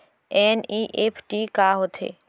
NEFT का होथे?